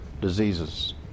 Diseases